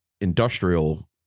industrial